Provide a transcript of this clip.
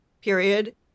period